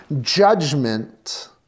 judgment